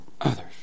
others